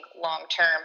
long-term